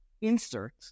insert